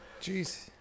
jeez